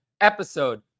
episode